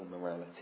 morality